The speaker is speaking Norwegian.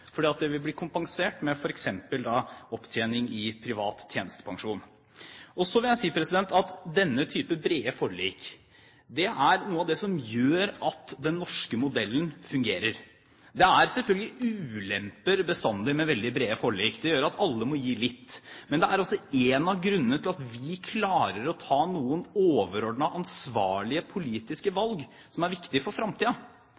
fordi det vil bli kompensert med f.eks. opptjening i privat tjenestepensjon. Så vil jeg si at denne typen brede forlik er noe av det som gjør at den norske modellen fungerer. Det er selvfølgelig bestandig ulemper med veldig brede forlik. Det gjør at alle må gi litt, men det er også en av grunnene til at vi klarer å ta noen overordnede ansvarlige politiske